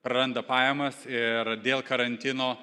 praranda pajamas ir dėl karantino